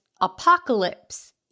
apocalypse